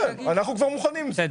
השכר של היושב-ראש הבא יישאר בדיוק